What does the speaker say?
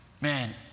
man